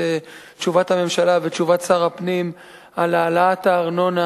תשובת הממשלה ותשובת שר הפנים על העלאת הארנונה